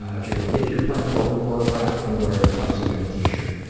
if you're if you're playing world of warcraft, and wear a tuxedo t-shirt.